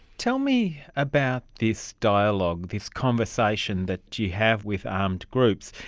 tell me about this dialogue, this conversation that you have with armed groups.